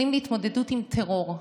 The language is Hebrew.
כלים להתמודדות עם טרור,